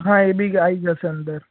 હા એ બી આઈ જસે અંદર